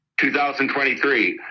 2023